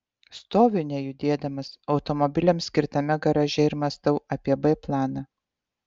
stoviu nejudėdamas automobiliams skirtame garaže ir mąstau apie b planą